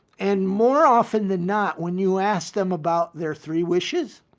and more often than not, when you ask them about their three wishes,